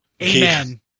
Amen